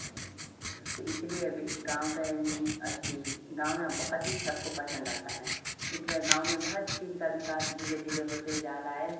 तो इसलिए अब यह गाँव यह नि अथि गाँव न बहुत ही सबको पसंद आता हैं इसलिए गाँव में बहुत चीज़ का विकास धीरे धीरे होते जा रहा है